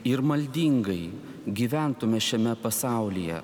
ir maldingai gyventume šiame pasaulyje